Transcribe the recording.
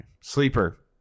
Sleeper